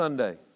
Sunday